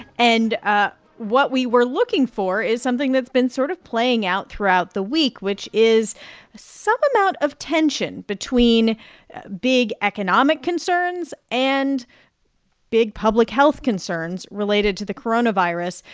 and ah what we were looking for is something that's been sort of playing out throughout the week, which is some amount of tension between big economic concerns and big public health concerns related to the coronavirus.